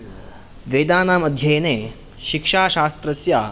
वेदानाम् अध्ययने शिक्षाशास्त्रस्य